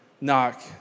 Knock